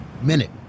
minute